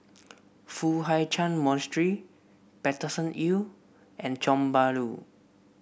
Foo Hai Ch'an Monastery Paterson Hill and Tiong Bahru